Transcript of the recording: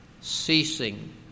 Ceasing